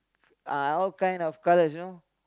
uh all kind of colors you know